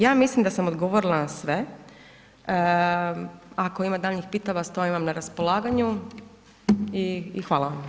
Ja mislim da sam odgovorila na sve, ako ima daljnjih pitanja, stojim vam na raspolaganju i hvala vam.